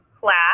class